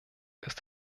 ist